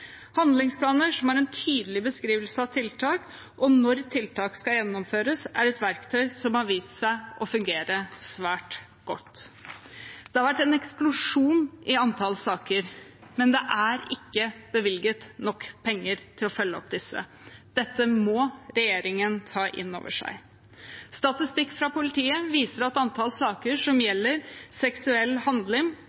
Handlingsplaner som er en tydelig beskrivelse av tiltak og når tiltak skal gjennomføres, er et verktøy som har vist seg å fungere svært godt. Det har vært en eksplosjon i antall saker, men det er ikke bevilget nok penger til å følge opp disse. Dette må regjeringen ta inn over seg. Statistikk fra politiet viser at antall saker som